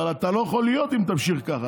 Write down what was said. אבל אתה לא יכול להיות אם תמשיך ככה,